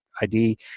ID